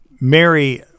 Mary